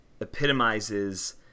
epitomizes